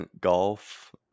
Golf